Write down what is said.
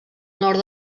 nord